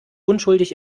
unschuldig